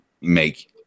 make